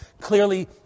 Clearly